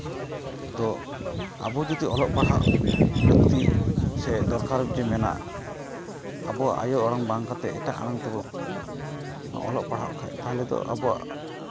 ᱛᱳ ᱟᱵᱚ ᱡᱩᱫᱤ ᱚᱞᱚᱜ ᱯᱟᱲᱦᱟᱜ ᱥᱮ ᱫᱚᱨᱠᱟᱨ ᱡᱩᱫᱤ ᱢᱮᱱᱟᱜᱼᱟ ᱟᱵᱚᱣᱟᱜ ᱟᱭᱳ ᱟᱲᱟᱝᱛᱮ ᱵᱟᱫ ᱠᱟᱛᱮᱫ ᱮᱴᱟᱜ ᱟᱲᱟᱝ ᱛᱮᱵᱚᱱ ᱚᱞᱚᱜ ᱯᱟᱲᱦᱟᱜ ᱠᱷᱟᱡ ᱛᱟᱦᱚᱞᱮ ᱫᱚ ᱟᱵᱚᱣᱟᱜ